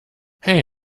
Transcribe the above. hey